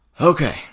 okay